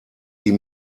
die